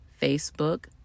Facebook